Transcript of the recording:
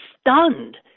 stunned